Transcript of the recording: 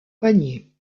panier